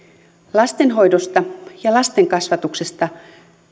lastenhoidosta ja lastenkasvatuksesta